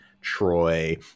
troy